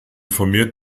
vermehrt